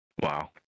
Wow